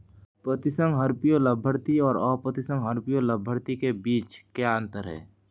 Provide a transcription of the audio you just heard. प्रतिसंहरणीय लाभार्थी और अप्रतिसंहरणीय लाभार्थी के बीच क्या अंतर है?